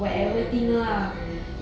mm mm mm mm mm